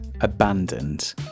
abandoned